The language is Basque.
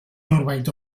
norbait